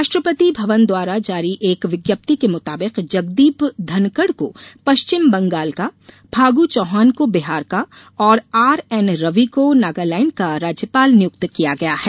राष्ट्रपति भवन द्वारा जारी एक विज्ञप्ति के मुताबिक जगदीप धनकड़ को पश्चिम बंगाल का फाग् चौहान को बिहार का और आर एन रवि को नागालैण्ड का राज्यपाल निय्क्त किया गया है